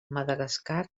madagascar